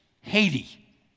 Haiti